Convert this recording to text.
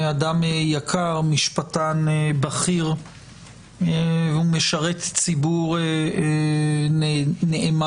אדם יקר, משפטן בכיר ומשרת ציבור נאמן,